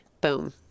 Boom